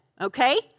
okay